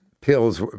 pills